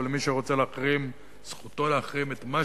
אבל מי שרוצה להחרים זכותו להחרים את מה